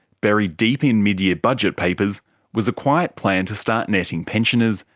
buried deep in mid-year budget papers was a quiet plan to start netting pensioners,